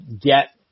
get